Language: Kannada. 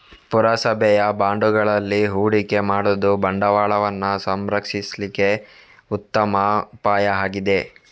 ಪುರಸಭೆಯ ಬಾಂಡುಗಳಲ್ಲಿ ಹೂಡಿಕೆ ಮಾಡುದು ಬಂಡವಾಳವನ್ನ ಸಂರಕ್ಷಿಸ್ಲಿಕ್ಕೆ ಉತ್ತಮ ಉಪಾಯ ಆಗಿದೆ